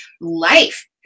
life